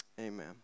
Amen